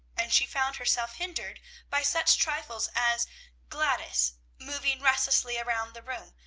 and she found herself hindered by such trifles as gladys moving restlessly around the room,